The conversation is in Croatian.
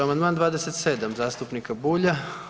Amandman 27. zastupnika Bulja.